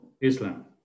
Islam